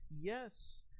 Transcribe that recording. Yes